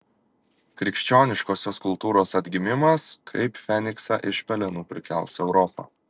krikščioniškosios kultūros atgimimas kaip feniksą iš pelenų prikels europą